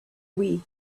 wii